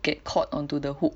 get caught onto the hook